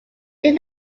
did